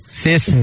sis